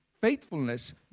faithfulness